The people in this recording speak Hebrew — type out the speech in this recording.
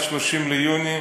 עד 30 ביוני,